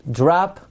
drop